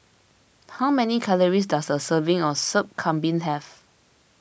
how many calories does a serving of Sup Kambing have